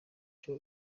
cyo